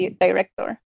director